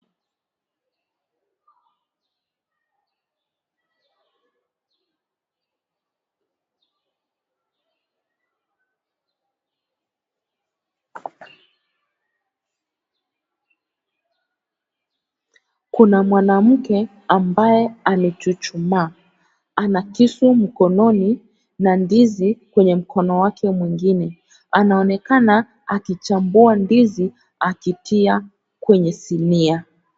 Kuna mwanamke ambaye amechuchumaa ana kisu mkononi na ndizi kwenye mkono wake mwingine. Anaonekana akichambua ndizi akitia kwenye sinia.